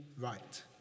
right